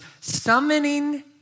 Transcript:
summoning